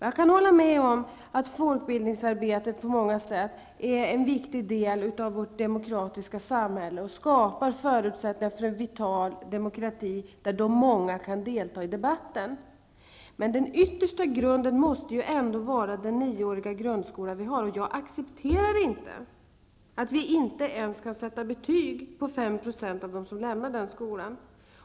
Jag kan hålla med om att folkbildningsarbetet på många sätt är en viktig del av vårt demokratiska samhälle och skapar förutsättningar för en vital demokrati där många kan delta i debatten. Men den yttersta grunden måste ändå vara den nioåriga grundskola vi har. Jag accepterar inte att vi inte ens kan sätta betyg på 5 % av dem som lämnar den skolan.